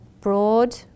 broad